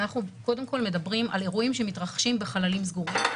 אנחנו קודם כול מדברים על אירועים שמתרחשים בחללים סגורים.